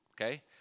Okay